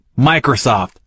Microsoft